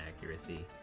accuracy